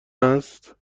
است